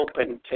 open